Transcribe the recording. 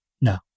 no